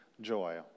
joy